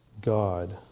God